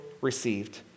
received